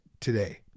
today